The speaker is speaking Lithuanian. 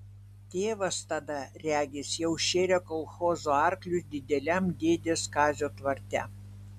tėvas tada regis jau šėrė kolchozo arklius dideliam dėdės kazio tvarte